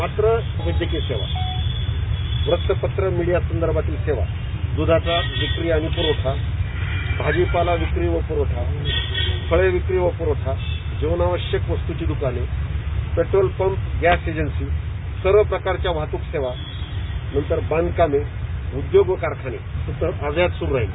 मात्र वैद्यकीय सेवा वृत्तपत्र मिडीया संदर्भातील सेवा दृधाचा विक्री आणि पुरवठा भाजीपाला विक्री व पुरवठा फळे विक्री व पुरवठा जीवनावश्यक वस्तूंची दकाने पेट्रोल पंप गॅस एजन्सी सर्व प्रकारच्या वाहतूक सेवा नंतर बांधकामे उद्योग व कारखाने अव्याहत सुरू राहील